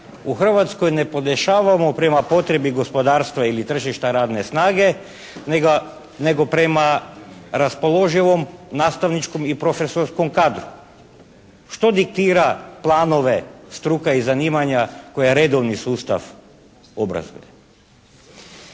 u Hrvatskoj ne podešavamo prema potrebi gospodarstva ili tržišta radne snage, nego prema raspoloživom nastavničkom i profesorskom kadru. Što diktira planove struka i zanimanja koja redovni sustav obrazuje?